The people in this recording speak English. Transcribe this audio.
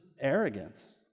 arrogance